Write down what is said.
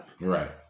Right